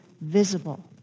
visible